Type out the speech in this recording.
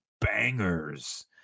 bangers